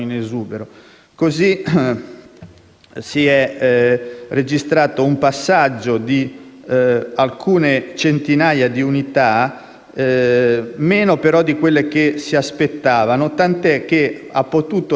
così registrato un passaggio di alcune centinaia di unità, meno però di quelle che si aspettavano, tanto che ieri